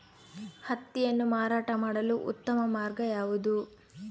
ಹತ್ತಿಯನ್ನು ಮಾರಾಟ ಮಾಡಲು ಉತ್ತಮ ಮಾರ್ಗ ಯಾವುದು?